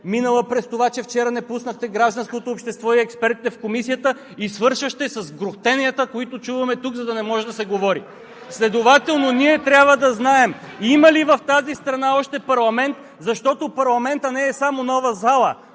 минала през това, че вчера не допуснахте гражданското общество и експертите в Комисията, и свършваща с грухтенията, които чуваме тук, за да не може да се говори. (Шум и реплики от ГЕРБ и ОП.) Следователно ние трябва да знаем има ли в тази страна още парламент, защото парламентът не е само нова зала?